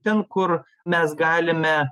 ten kur mes galime